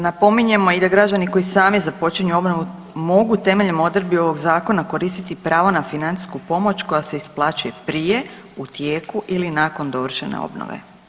Napominjemo i da građani koji sami započinju obnovu mogu temeljem odredbi ovog zakona koristiti pravo na financijsku pomoć koja se isplaćuje prije, u tijeku ili nakon dovršene obnove.